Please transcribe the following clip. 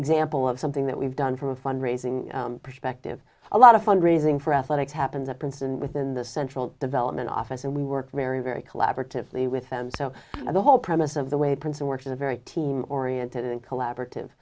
example of something that we've done from a fundraising perspective a lot of fund raising for athletic happens at princeton within the central development office and we work very very collaboratively with them so the whole premise of the way princeton works in a very team oriented and collaborative